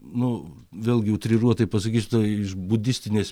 nu vėlgi utriruotai pasakysiu ta iš budistinės